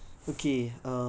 ya